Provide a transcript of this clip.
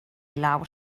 lawr